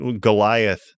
Goliath